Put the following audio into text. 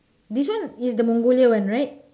this one is the mongolia one right